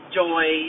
joy